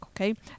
okay